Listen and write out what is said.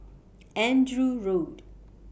Andrew Road